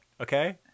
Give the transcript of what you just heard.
okay